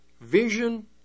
vision